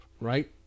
right